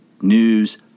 news